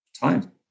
time